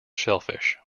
shellfish